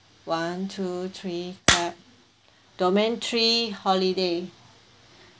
one two three clap domain three holiday